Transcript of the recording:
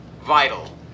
vital